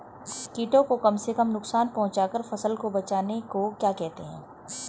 कीटों को कम से कम नुकसान पहुंचा कर फसल को बचाने को क्या कहते हैं?